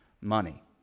money